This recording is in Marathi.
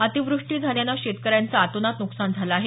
अतिव्रष्टी झाल्याने शेतकऱ्यांचं अतोनात नुकसान झालं आहे